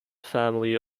family